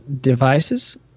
devices